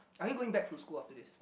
are you going back to school after this